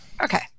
okay